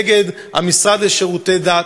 נגד המשרד לשירותי דת.